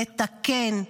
לתקן,